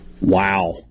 Wow